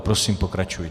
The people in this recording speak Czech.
Prosím, pokračujte.